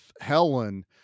Helen